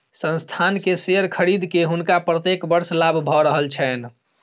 संस्थान के शेयर खरीद के हुनका प्रत्येक वर्ष लाभ भ रहल छैन